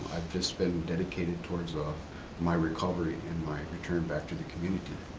i've just been dedicated towards um my recovery and my return back to the community.